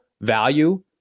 value